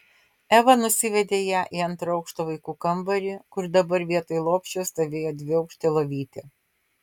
eva nusivedė ją į antro aukšto vaikų kambarį kur dabar vietoj lopšio stovėjo dviaukštė lovytė